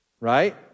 right